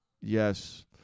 Yes